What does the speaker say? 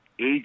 age